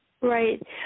Right